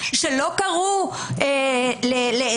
שלא קראו לעזרה,